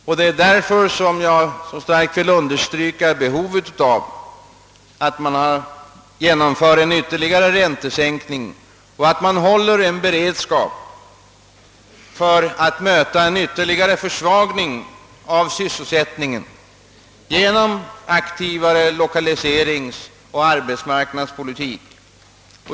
Av denna anledning vill jag starkt understryka behovet av att genomföra en ytterligare räntesänkning. Vi måste också vara beredda att möta en eventuell ytterligare försvagning av sysselsättningen genom aktivare lokaliseringsoch arbetsmarknadspolitik.